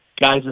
guys